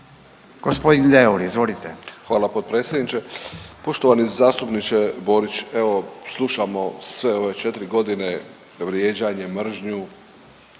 Ante (HDZ)** Hvala potpredsjedniče. poštovani zastupniče Borić, evo slušamo sve ove 4 godine vrijeđanje, mržnju,